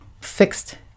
fixed